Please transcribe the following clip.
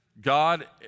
God